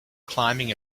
climbing